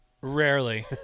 Rarely